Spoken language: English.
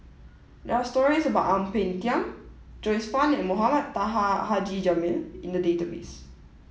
there are stories about Ang Peng Tiam Joyce Fan and Mohamed Taha Haji Jamil in the database